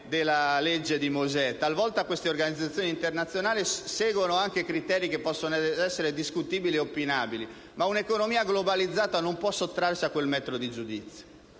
legge di Mosè. Talvolta le organizzazioni internazionali seguono anche criteri che possono essere discutibili e opinabili, ma un'economia globalizzata non può sottrarsi a quel metro di giudizio.